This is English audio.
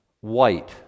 white